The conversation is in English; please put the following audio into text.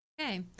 Okay